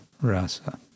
rasa